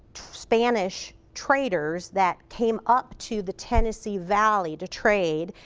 spanish traders that came up to the tennessee valley to trade.